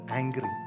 angry